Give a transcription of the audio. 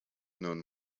known